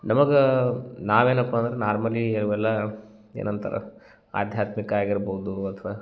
ನಮಗೆ ನಾವೇನಪ್ಪ ಅಂದ್ರೆ ನಾರ್ಮಲಿ ಅವೆಲ್ಲ ಏನಂತಾರ ಆಧ್ಯಾತ್ಮಿಕ ಆಗಿರ್ಬೋದು ಅಥವಾ